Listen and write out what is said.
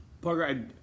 Parker